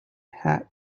hat